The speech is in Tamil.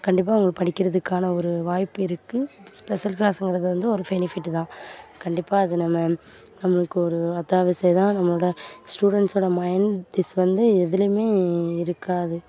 கண்டிப்பாக அவங்களுக்கு படிக்கிறதுக்கான ஒரு வாய்ப்பு இருக்குது ஸ்பெஷல் கிளாஸ்ஸுங்கிறது வந்து ஒரு ஃபெனிஃபிட்டு தான் கண்டிப்பாக அது நம்ம நம்மளுக்கு ஒரு அத்தியாவசியம் தான் நம்மளோடய ஸ்டூடெண்ட்ஸ்ஸோடு மைண்ட் திஸ் வந்து எதுலையுமே இருக்காது